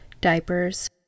diapers